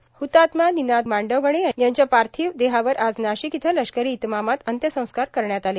द्वतात्मा निनाद मांडवगणे यांच्या पार्थिव देहावर आज नाशिक इथं लष्करी इतमामात अंत्यसंस्कार करण्यात आले